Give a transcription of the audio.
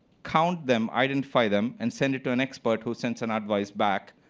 counted them, identify them, and send it to an expert who sends and advice back.